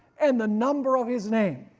and the number of his name.